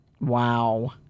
Wow